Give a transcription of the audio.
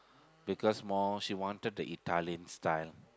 because more she wanted the Italian style